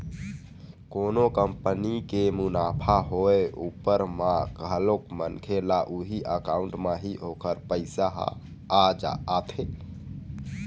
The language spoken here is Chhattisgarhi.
कोनो कंपनी के मुनाफा होय उपर म घलोक मनखे ल उही अकाउंट म ही ओखर पइसा ह आथे